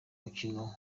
mukino